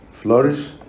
Flourish